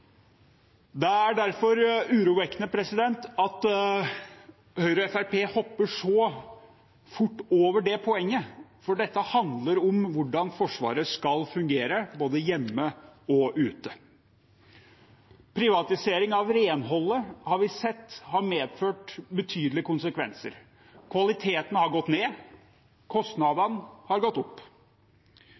Det er derfor urovekkende at Høyre og Fremskrittspartiet hopper så fort over det poenget, for dette handler om hvordan Forsvaret skal fungere – både hjemme og ute. Privatisering av renholdet har vi sett har medført betydelige konsekvenser. Kvaliteten har gått ned, kostnadene har gått opp.